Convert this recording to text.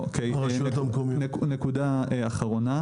הרשויות הלאומיות.